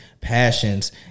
passions